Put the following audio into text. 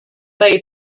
bay